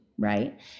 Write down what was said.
right